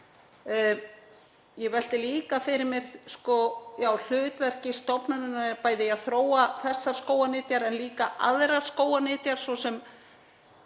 Ég velti líka fyrir mér hlutverki stofnunarinnar í að þróa þessar skógarnytjar en líka aðrar skógarnytjar,